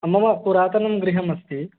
मम पुरातनं गृहम् अस्ति